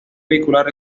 vehicular